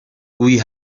گویی